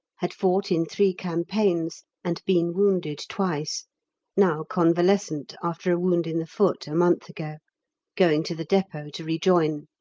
had fought in three campaigns, and been wounded twice now convalescent after a wound in the foot a month ago going to the depot to rejoin.